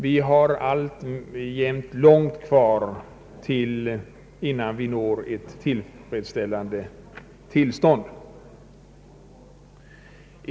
Vi har alltjämt långt kvar, innan vi når ett tillfredsställande tillstånd.